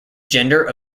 gender